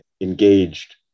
engaged